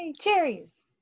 cherries